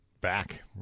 back